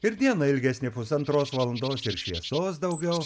ir diena ilgesnė pusantros valandos ir šviesos daugiau